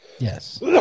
Yes